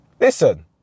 Listen